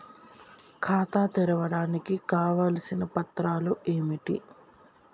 ఖాతా తెరవడానికి కావలసిన పత్రాలు ఏమిటి?